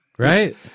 Right